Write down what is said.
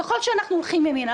ככל שאנחנו הולכים ימינה,